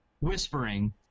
whispering